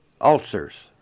Ulcers